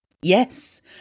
Yes